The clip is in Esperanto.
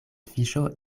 fiŝo